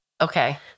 Okay